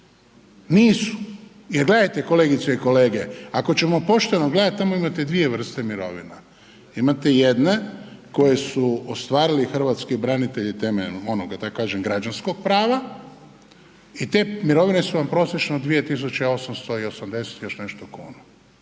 nisu. Jer gledajte kolegice i kolege, ako ćemo pošteno gledati tamo imate dvije vrste mirovina. Imate jedne koje su ostvarili hrvatski branitelji temeljem onoga da kažem građanskog prava i te mirovine su vam prosječno 2.880 i još nešto kuna